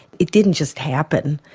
it didn't just happen,